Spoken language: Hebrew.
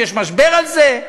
יש משבר על זה.